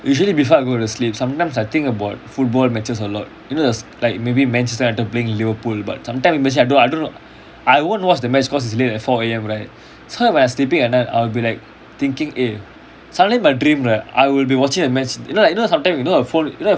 usually before I go to sleep sometimes I think about football matches a lot you know th~ like maybe match started playing liverpool but sometimes I actually I don't know I won't watch the match cause it's late at four A_M right so when I sleeping at night I'll be like thinking eh suddenly my dream right I will be watching a match you know you know sometime you know the